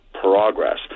progress